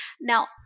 Now